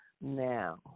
now